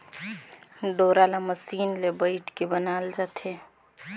डोरा ल मसीन मे बइट के बनाल जाथे